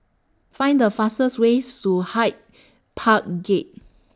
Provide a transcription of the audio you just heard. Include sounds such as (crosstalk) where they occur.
Find The fastest Way to Hyde (noise) Park Gate